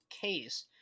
case